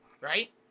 Right